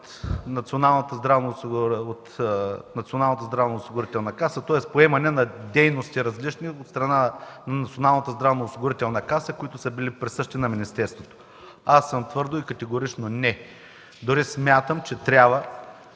Националната здравноосигурителна каса, тоест поемане на различни дейности от страна на Националната здравноосигурителна каса, които са били присъщи на министерството. Аз съм твърдо и категорично – „не”! Дори смятам, че отново